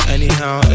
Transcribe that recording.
Anyhow